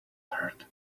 heard